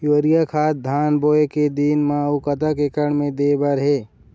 Urea खाद धान बोवे के दिन म अऊ कतक एकड़ मे दे बर हे?